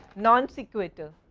non-sequitur,